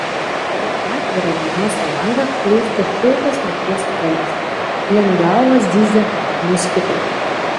pro atvirą vonios langą plūsta šiltas nakties oras aplink galvą zyzia moskitai